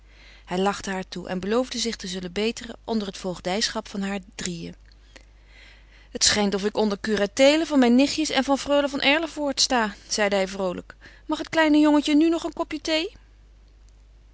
hij lachte haar toe en beloofde zich te zullen beteren onder het voogdijschap van haar drieën het schijnt of ik onder curateele van mijn nichtjes en van freule van erlevoort sta zeide hij vroolijk mag het kleine jongetje nu nog een kopje thee